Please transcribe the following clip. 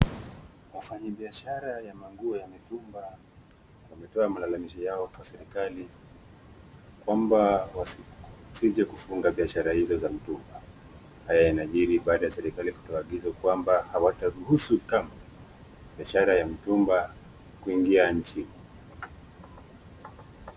Wafanyi biashara ya manguo ya mitumba wametoa malalamishi yao kwa serikali kwamba wasije kufunga biashara hizo za mitumba, haya yanajiri baada ya serikali kutoa agizo kwamba hawata ruhusu kamwe biashara ya mtumba kuingia nchini.